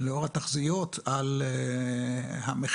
לאור התחזיות על המחירים,